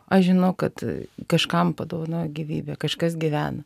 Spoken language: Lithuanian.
aš žinau kad kažkam padovanojau gyvybę kažkas gyvena